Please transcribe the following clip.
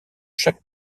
chaque